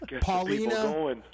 Paulina